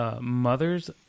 mothers